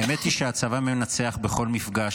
האמת היא שהצבא מנצח בכל מפגש.